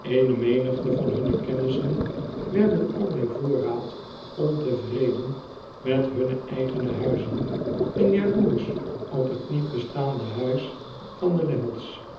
eene menigte van hunne kennissen werden al bij voorraad ontevreden met hunne eigene huizen en jaloersch op het niet bestaande huis van de lammies